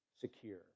secure